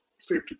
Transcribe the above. safety